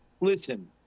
listen